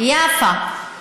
ביאפא,